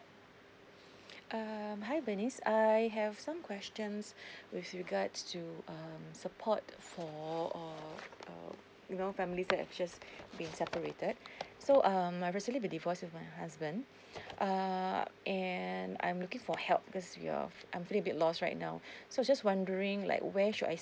um hi bernice I have some questions with regards to um support for uh uh you know family that have just been separated so um I recently been divorced with my husband err and I'm looking for help cause we are I'm feeling a little bit lost right now so I was just wondering like where should I